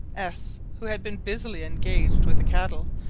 s, who had been busily engaged with the cattle,